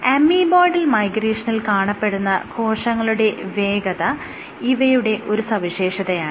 എന്നാൽ അമീബോയ്ഡൽ മൈഗ്രേഷനിൽ കാണപ്പെടുന്ന കോശങ്ങളുടെ വേഗത ഇവയുടെ ഒരു സവിശേഷതയാണ്